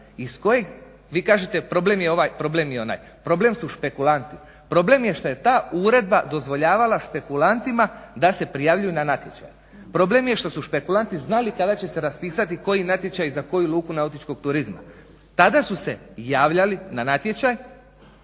Iz kojeg, vi kažete problem je ovaj, problem je onaj, problem su špekulanti, problem je šta je ta uredba dozvoljavala špelukantima da se prijavljuju na natječaje, problem je što su špekulanti znali kada će se raspisati koji natječaj za koju luku nautičkog turizma, tada su se javljali na natječaj,